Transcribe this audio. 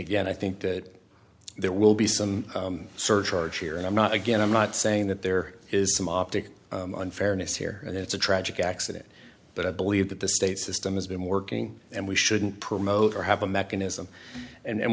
again i think that there will be some surcharge here and i'm not again i'm not saying that there is some optic unfairness here and it's a tragic accident but i believe that the state system has been working and we shouldn't promote or have a mechanism and